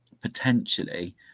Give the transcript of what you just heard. potentially